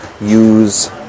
use